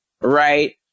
Right